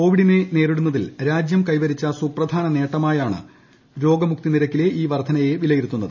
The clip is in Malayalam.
കോവിഡിനെ നേരിടുന്നതിൽ രാജ്യം കൈവരിച്ച സൂപ്രധാന നേട്ടമായാണ് നിരക്കിലെ ഈ വർധനവിനെ വിലയിരുത്തുന്നത്